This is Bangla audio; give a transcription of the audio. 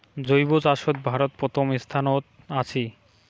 জৈব চাষত ভারত প্রথম স্থানত আছি